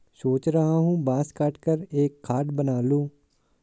सोच रहा हूं बांस काटकर एक खाट बना लूं